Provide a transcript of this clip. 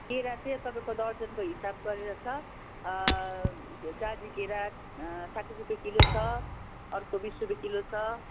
केरा चाहिँ तपाईँको दर्जनको हिसाब गरेर छ त्यो जाहाजी केरा साठी रुपियाँ किलो छ अर्को बिस रुपियाँ किलो छ